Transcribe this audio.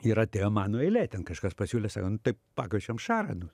ir atėjo mano eilė ten kažkas pasiūlė sako nu tai pakviečiam šarą nu